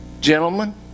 gentlemen